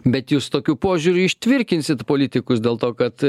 bet jus tokiu požiūriu ištvirkinsit politikus dėl to kad